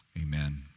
amen